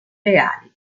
reali